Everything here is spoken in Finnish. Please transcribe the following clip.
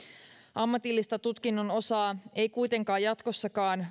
ammatillista tutkinnon osaa ei kuitenkaan jatkossakaan